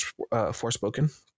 Forspoken